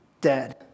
dead